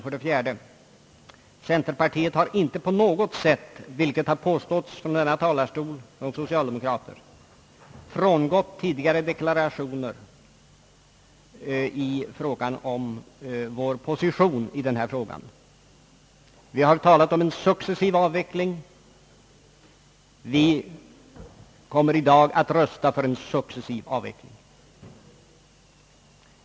För det femte har centerpartiet inte på något sätt — vilket dock har påståtts från denna talarstol av socialdemokraterna — frångått tidigare deklarationer om vår position i denna fråga. Vi har talat om en successiv avveckling, och vi kommer i dag att rösta för en successiv avveckling.